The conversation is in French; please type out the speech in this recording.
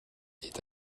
est